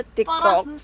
TikTok